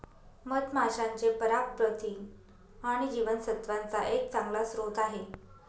मधमाशांचे पराग प्रथिन आणि जीवनसत्त्वांचा एक चांगला स्रोत आहे